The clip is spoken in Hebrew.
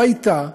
לא הייתה,